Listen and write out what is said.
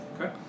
Okay